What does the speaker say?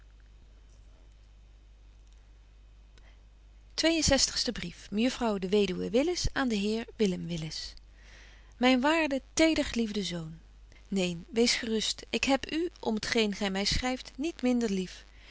en zestigste brief mejuffrouw de weduwe willis aan den heer willem willis myn waarde tedergeliefde zoon neen wees gerust ik heb u om t geen gy my schryft niet minder lief